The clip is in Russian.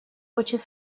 очень